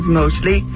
mostly